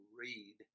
read